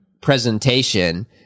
presentation